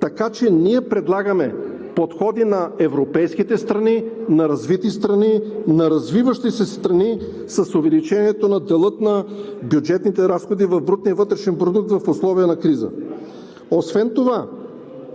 Така че ние предлагаме подходи на европейските страни, на развити страни – на развиващи се страни! – с увеличението на дела на бюджетните разходи в брутния вътрешен продукт в условията на криза. Освен това